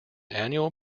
annual